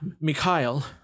Mikhail